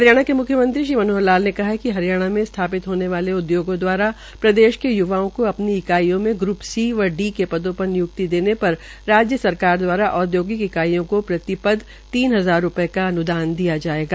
हरियाणा के मुख्यमंत्री श्री मनोहर लाल ने कहा है कि हरियाणा में स्थापित होने वाले उद्योगों द्वारा प्रदेश के य्वाओ को अपनी इकाइयों में ग्र्प सी व डी के पदों पर निय्क्ति देने पर राज्य सरकार द्वारा औद्योगिक इकाइयों को प्रतिपदक तीन हजार रूपये का अन्दान दिया जायेगा